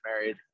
married